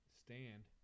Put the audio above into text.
stand